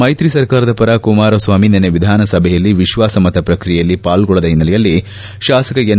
ಮೈತ್ರಿ ಸರ್ಕಾರದ ಪರ ಕುಮಾರಸ್ವಾಮಿ ನಿನ್ನೆ ವಿಧಾನಸಭೆಯಲ್ಲಿ ವಿಶ್ವಾಸಮತ ಪ್ರಕ್ರಿಯೆಯಲ್ಲಿ ಪಾಲ್ಗೊಳ್ಳದ ಹಿನ್ನೆಲೆಯಲ್ಲಿ ಶಾಸಕ ಎನ್